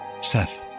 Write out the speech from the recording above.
Seth